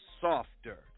softer